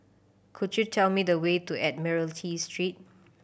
could you tell me the way to Admiralty Street